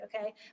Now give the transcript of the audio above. okay